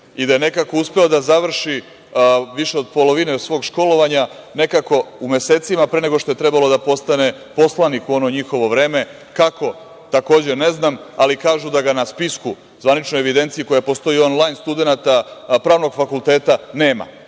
i da je nekako uspeo da završi više od polovine svog školovanja nekako u mesecima pre nego što je trebalo da postane poslanik u ono njihovo vreme, kako takođe ne znam, ali kažu da ga na spisku, zvaničnoj evidenciji koja postoji, onlajn studenata Pravnog fakulteta nema.